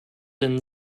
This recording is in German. denn